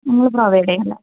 നിങ്ങൾ പ്രൊവൈഡ് ചെയ്യും അല്ലേ